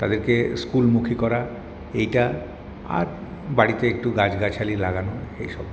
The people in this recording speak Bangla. তাদেরকে স্কুলমুখী করা এইটা আর বাড়িতে একটু গাছগাছালি লাগানো এইসব